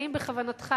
האם בכוונתך,